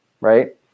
right